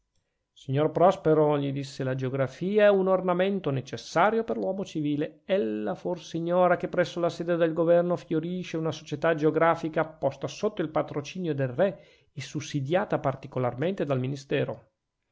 signor prospero gli disse la geografia è un ornamento necessario per l'uomo civile ella forse ignora che presso la sede del governo fiorisce una società geografica posta sotto il patrocinio del re e sussidiata particolarmente dal ministero